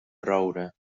roure